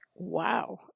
Wow